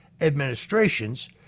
administrations